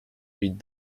read